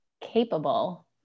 capable